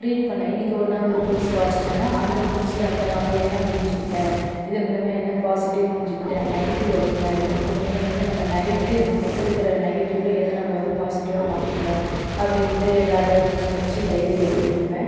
read பண்ணிணேன் இன்றைக்கி ஒருநாள் ஒரு புக்ஸ் வாசித்தேன்னா அந்த புக்ஸ்சில் வந்து நான் வந்து என்ன புரிஞ்சுக்கிட்டேன் இதன் மூலிமா என்ன பாசிட்டிவ் புரிஞ்சுக்கிட்டேன் நெகட்டிவ் அதிகமாக இதில் இதன் முலிமா என்ன நம்ம நெகட்டிவ் நம்மகிட்ட இருக்கிற நெகட்டிவ்வில் எதை நம்ம வந்து பாசிட்டிவாக மாற்றிக்கணும் அப்படினுட்டு நிறைய புக்ஸ் படித்து டைரியில் எழுதுவேன்